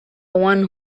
one